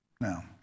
Now